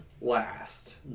last